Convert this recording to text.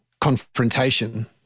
confrontation